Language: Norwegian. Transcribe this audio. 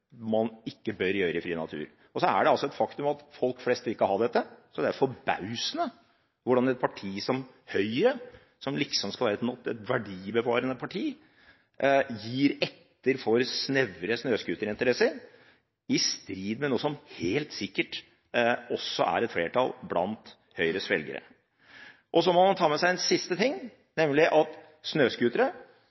man ikke bør gjøre i den frie natur. Så er det et faktum at folk flest ikke vil ha dette, så det er forbausende at et parti som Høyre, som liksom skal være et verdibevarende parti, gir etter for snevre snøscooterinteresser, i strid med noe som det helt sikkert også er et flertall for blant Høyres velgere. Så må man ta med seg en siste ting, nemlig at snøscootere